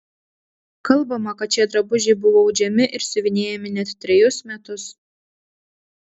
kalbama kad šie drabužiai buvo audžiami ir siuvinėjami net trejus metus